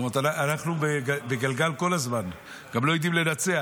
כלומר, אנחנו בגלגל כל הזמן, גם לא יודעים לנצח.